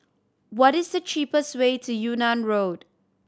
what is the cheapest way to Yunnan Road